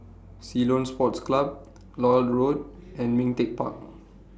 Ceylon Sports Club Lloyd Road and Ming Teck Park